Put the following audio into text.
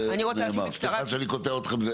סליחה שאני קוטע אתכן.